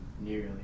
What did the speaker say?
nearly